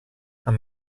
amb